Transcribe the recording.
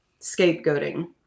scapegoating